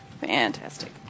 Fantastic